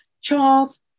Charles